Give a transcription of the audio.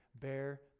bear